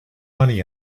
money